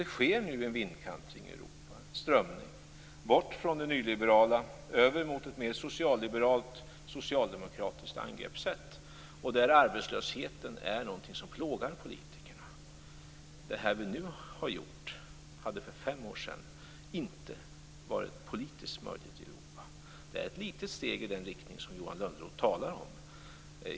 Det sker nu en vindkantring, en strömning, i Europa bort från det nyliberala över mot ett mer socialliberalt socialdemokratiskt angreppssätt, där arbetslösheten är något som plågar politikerna. Det som vi nu har gjort hade för fem år sedan inte varit politiskt möjligt i Europa. Det är ett litet steg i den riktning som Johan Lönnroth talar om.